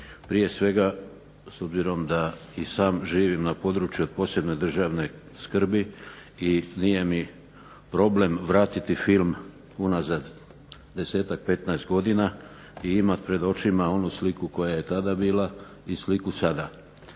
Prije svega, s obzirom da i sam živim na području od posebne državne skrbi i nije mi problem vratiti film unazad 10-ak, 15 godina i imati pred očima onu sliku koja je tada bila, i sliku sada,